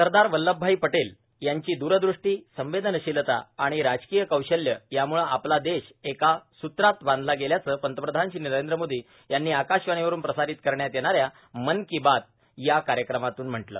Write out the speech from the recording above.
सरदार वल्लभभाई पटेल यांची दूरदृष्टी संवेदनशीलता आणि राजकीय कौशल्य यामुळं आपला देश एका सूत्रात बांधला गेल्याचं पंतप्रधान श्री नरेंद्र मोदी यांनी आकाशवाणीवरून प्रसारित करण्यात येणाऱ्या मन की बात या कार्यक्रमातून म्हटलं